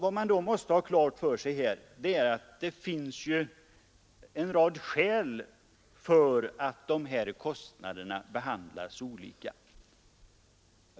Man måste ha klart för sig att det finns en rad skäl för att dessa kostnader behandlas olika.